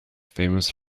famous